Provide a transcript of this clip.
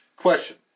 Question